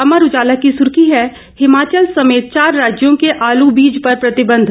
अमर उजाला की सुर्खी है हिमाचल समेत चार राज्यों के आलू बीज पर प्रतिबंध